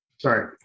Sorry